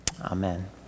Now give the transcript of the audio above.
Amen